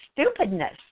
stupidness